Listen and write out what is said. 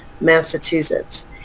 Massachusetts